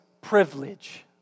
privilege